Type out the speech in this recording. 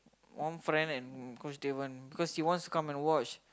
one friend and coach Daven cause he wants to come and watch